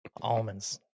Almonds